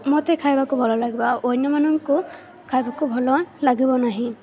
ମୋତେ ଖାଇବାକୁ ଭଲ ଲାଗିବ ଆଉ ଅନ୍ୟମାନଙ୍କୁ ଖାଇବାକୁ ଭଲ ଲାଗିବ ନାହିଁ